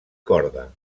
corda